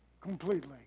completely